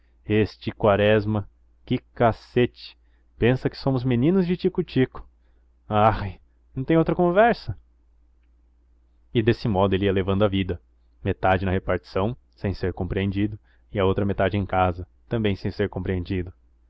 este quaresma que cacete pensa que somos meninos de tico tico arre não tem outra conversa e desse modo ele ia levando a vida metade na repartição sem ser compreendido e a outra metade em casa também sem ser compreendido